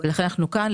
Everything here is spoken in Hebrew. ולכן אנחנו כאן,